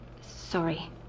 sorry